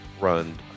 run